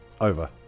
over